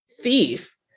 thief